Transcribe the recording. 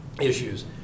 issues